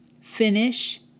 finish